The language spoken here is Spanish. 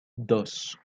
dos